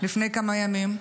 לפני כמה ימים.